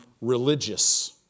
religious